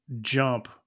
jump